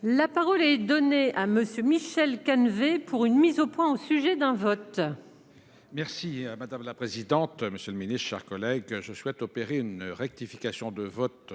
La parole est donnée à Monsieur Michel Canevet pour une mise au point, au sujet d'un vote. Pour l'école. Merci madame la présidente. Monsieur le Ministre, chers collègues, je souhaite opérer une rectification de vote